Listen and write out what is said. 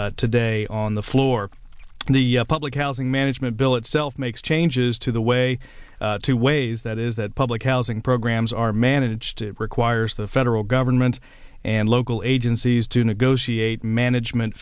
ahead today on the floor the public housing management bill itself makes changes to the way two ways that is that public housing programs are managed it requires the federal government and local agencies to negotiate management